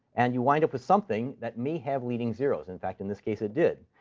and you wind up with something that may have leading zeros. in fact, in this case, it did.